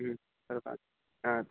सो काल् आ